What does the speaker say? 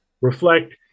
Reflect